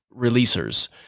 releasers